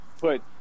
put